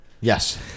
Yes